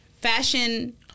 Fashion